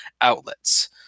outlets